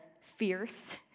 fierce